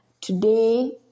today